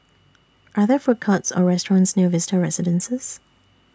Are There Food Courts Or restaurants near Vista Residences